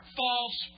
false